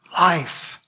life